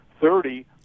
thirty